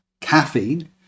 caffeine